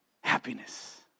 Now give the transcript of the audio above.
Happiness